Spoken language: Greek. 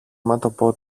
μέτωπο